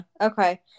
Okay